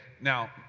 Now